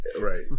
Right